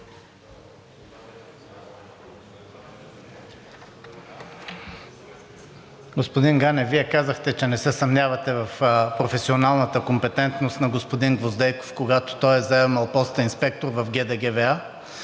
Господин Ганев, Вие казахте, че не се съмнявате в професионалната компетентност на господин Гвоздейков, когато той е заемал поста инспектор в ГД ГВА,